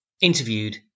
interviewed